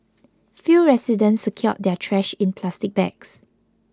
few residents secured their trash in plastic bags